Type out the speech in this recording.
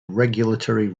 regulatory